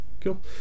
cool